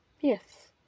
yes